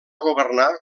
governar